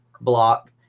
block